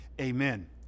Amen